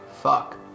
Fuck